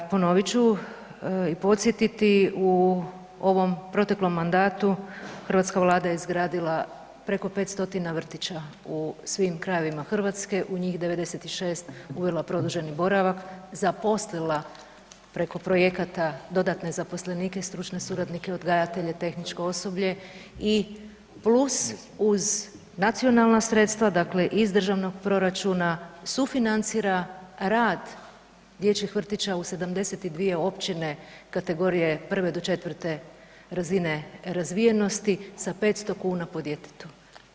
Ponovit ću i podsjetiti u ovom proteklom mandatu hrvatska Vlada je izgradila preko 500 vrtića u svim krajevima Hrvatske, u njih 96 uvela produženi boravak, zaposlila preko projekata dodatne zaposlenike i stručne suradnike, odgajatelje, tehničko osoblje i plus uz nacionalna sredstva dakle iz državnog proračuna sufinancira rad dječjih vrtića u 72 općine kategorije 1 do 4 razine razvijenosti sa 500 kuna po djetetu.